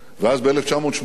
ואז, ב-1988,